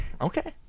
Okay